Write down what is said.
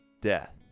death